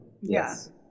Yes